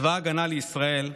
צבא ההגנה לישראל,